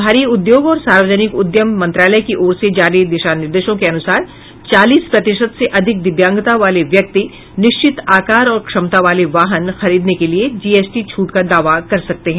भारी उद्योग और सार्वजनिक उद्यम मंत्रालय की ओर से जारी दिशा निर्देशों के अनुसार चालीस प्रतिशत से अधिक दिव्यांगता वाले व्यक्ति निश्चित आकार और क्षमता वाले वाहन खरीदने के लिए जीएसटी छूट का दावा कर सकते हैं